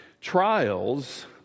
trials